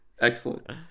Excellent